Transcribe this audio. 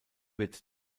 wird